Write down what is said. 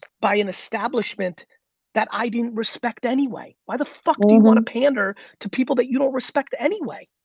by an establishment that i didn't respect anyway. why the fuck do you wanna pander to people that you don't respect anyway?